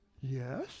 Yes